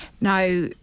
Now